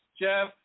Jeff